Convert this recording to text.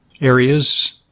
areas